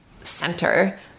center